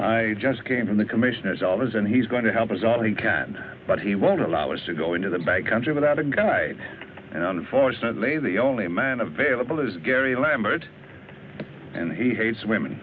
i just came from the commissioner's office and he's going to help us all he can but he won't allow us to go into the back country without a guide and unfortunately the only man available is garry lambert and he hates women